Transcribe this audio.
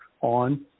on